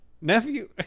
nephew